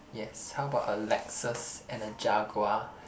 yes how about a Lexus and a Jaguar